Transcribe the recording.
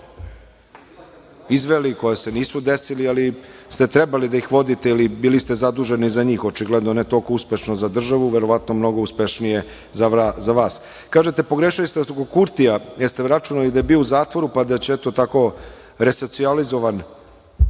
izveli, koji se nisu desili, ali ste trebali da ih vodite i bili ste zaduženi za njih. Očigledno ne toliko uspešno za državu, verovatno mnogo uspešnije za vas. Kažete da ste pogrešili oko Kurtija, jer ste računali da je bio u zatvoru, pa da će tako resocijalizovan